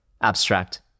abstract